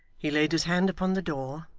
he laid his hand upon the door,